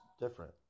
different